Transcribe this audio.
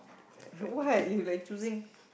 what you like choosing